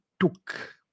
took